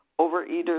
Overeaters